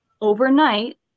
overnight